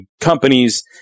companies